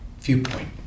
viewpoint